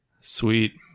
Sweet